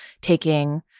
taking